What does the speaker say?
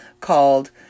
called